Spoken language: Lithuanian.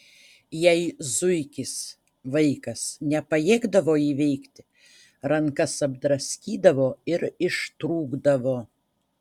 jei zuikis vaikas nepajėgdavo įveikti rankas apdraskydavo ir ištrūkdavo